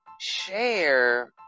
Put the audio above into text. share